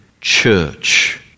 church